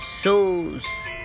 souls